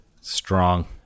Strong